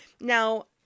Now